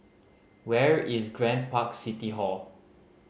where is Grand Park City Hall